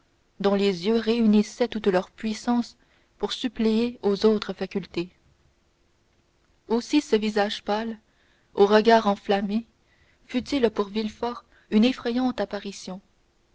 dont les yeux réunissaient toute leur puissance pour suppléer aux autres facultés aussi ce visage pâle au regard enflammé fut-il pour villefort une effrayante apparition